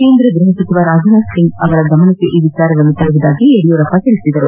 ಕೇಂದ್ರ ಗೃಹ ಸಚಿವ ರಾಜನಾಥ್ ಅವರ ಗಮನಕ್ಕೆ ಈ ವಿಚಾರವನ್ನು ತರುವುದಾಗಿ ಯಡಿಯೂರಪ್ಪ ಹೇಳಿದರು